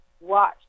watch